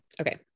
Okay